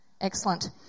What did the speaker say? Excellent